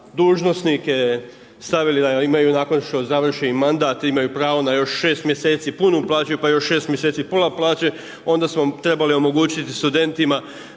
dužnosnike stavili, da nakon što im završi mandat, imaju pravo na još 6 mj. punu plaću, pa još 6 mj. pola plaće, onda smo trebali omogućiti studentima